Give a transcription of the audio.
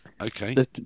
okay